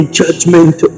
judgment